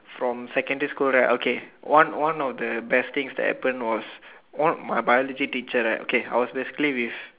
from secondary school right okay one one of the best things that happen was one my biology teacher right okay I was basically with